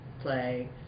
play